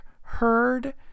heard